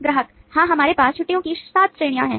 ग्राहक हाँ हमारे पास छुट्टियो की 7 श्रेणियां हैं